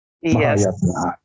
Yes